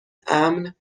امن